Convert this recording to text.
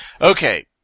Okay